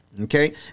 okay